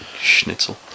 schnitzel